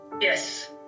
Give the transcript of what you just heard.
yes